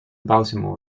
baltimore